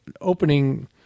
opening